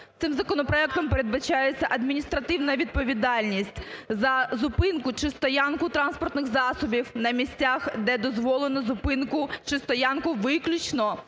цим законопроектом передбачається адміністративна відповідальність за зупинку чи стоянку транспортних засобів на місцях, де дозволено зупинку чи стоянку виключно